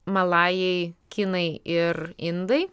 malajai kinai ir indai